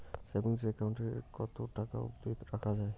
Savings account এ কতো টাকা অব্দি রাখা যায়?